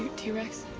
um t-rex?